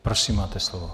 Prosím, máte slovo.